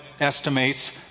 estimates